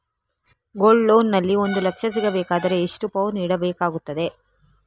Gold loan ನಲ್ಲಿ ಒಂದು ಲಕ್ಷ ಸಿಗಬೇಕಾದರೆ ಎಷ್ಟು ಪೌನು ಇಡಬೇಕಾಗುತ್ತದೆ?